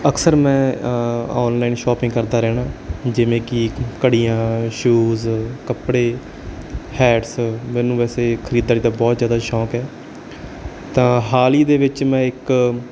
ਅਕਸਰ ਮੈਂ online shopping ਕਰਦਾ ਰਹਿੰਦਾ ਜਿਵੇਂ ਕਿ ਘੜੀਆਂ ਸ਼ੂਜ਼ ਕੱਪੜੇ ਹੈਡਸ ਮੈਨੂੰ ਵੈਸੇ ਖਰੀਦਾਰੀ ਦਾ ਬਹੁਤ ਜ਼ਿਆਦਾ ਸ਼ੌਕ ਹੈ ਤਾਂ ਹਾਲ ਹੀ ਦੇ ਵਿੱਚ ਮੈਂ ਇੱਕ